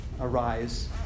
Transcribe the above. arise